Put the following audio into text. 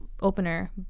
opener